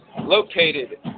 located